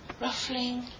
ruffling